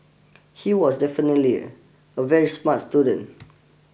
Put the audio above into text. he was definitely a very smart student